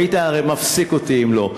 היית הרי מפסיק אותי אם לא.